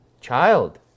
Child